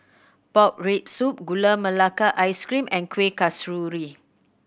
pork rib soup Gula Melaka Ice Cream and Kuih Kasturi